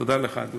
תודה, אדוני.